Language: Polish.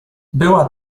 była